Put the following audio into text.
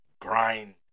grind